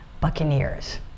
Buccaneers